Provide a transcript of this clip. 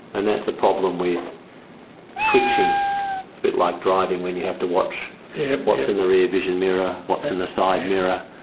and that's a problem with switching. it's a bit like driving when you have to watch what's in the rear vision mirror, what's in the side mirror,